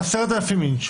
10,000 אינץ'".